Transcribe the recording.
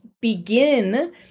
begin